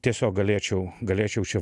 tiesiog galėčiau galėčiau čia